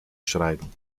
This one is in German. schreiben